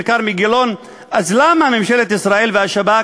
כרמי גילון: אז למה ממשלת ישראל והשב"כ